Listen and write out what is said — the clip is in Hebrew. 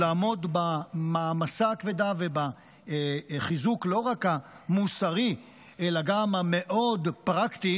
לעמוד במעמסה הכבדה ובחיזוק לא רק המוסרי אלא גם המאוד-פרקטי.